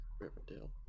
Riverdale